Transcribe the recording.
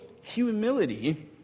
humility